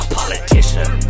politician